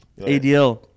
ADL